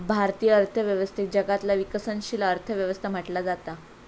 भारतीय अर्थव्यवस्थेक जगातला विकसनशील अर्थ व्यवस्था म्हटला जाता